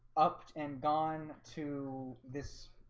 upped and gone to this